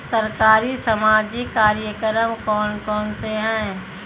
सरकारी सामाजिक कार्यक्रम कौन कौन से हैं?